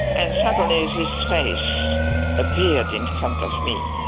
and suddenly this face appeared in front of me.